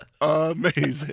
amazing